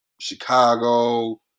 Chicago